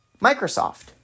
Microsoft